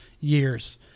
years